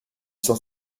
cent